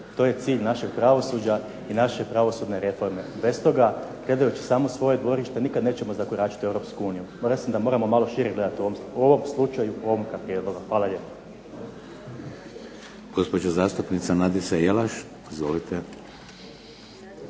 To je cilj našeg pravosuđa i naše pravosudne reforme. Bez toga gledajući samo svoje dvorište nikada nećemo zakoračiti u Europsku uniju. Ja mislim da moramo malo šire gledati u ovom slučaju u oba dva prijedloga. Hvala lijepa.